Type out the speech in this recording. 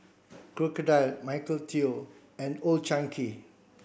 Crocodile Michael Trio and Old Chang Kee